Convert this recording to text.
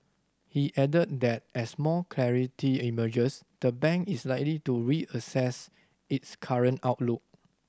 he added that as more clarity emerges the bank is likely to reassess its current outlook